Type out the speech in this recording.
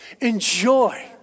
Enjoy